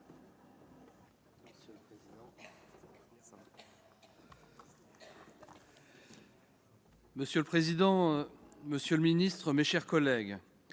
Monsieur le président, monsieur le ministre, mes chers collègues,